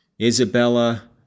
Isabella